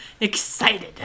excited